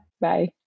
Bye